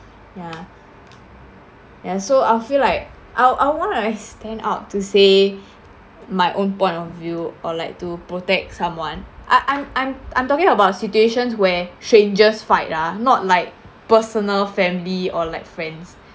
ya ya so I'll feel like I'll I'll want to like stand out to say my own point of view or like to protect someone I I'm I'm I'm talking about situation where strangers fight ya not like personal family or like friends